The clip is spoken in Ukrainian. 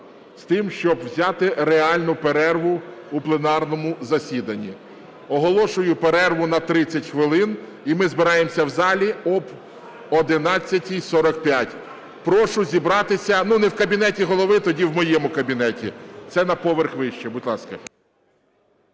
з тим, щоб взяти реальну перерву в пленарному засіданні. Оголошую перерву на 30 хвилин. І ми збираємося в залі об 11:45. Прошу зібратися, ну, не в кабінеті Голови, тоді в моєму кабінеті, це на поверх вище. Будь ласка.